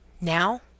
Now